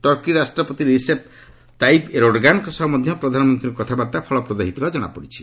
Turkey ରାଷ୍ଟ୍ରପତି Recep Tayyip ଏର୍ଡୋଗାନ୍ଙ୍କ ସହ ମଧ୍ୟ ପ୍ରଧାନମନ୍ତ୍ରୀଙ୍କ କଥାବାର୍ତ୍ତା ଫଳପ୍ରଦ ହୋଇଥିବା ଜଣାପଡ଼ିଛି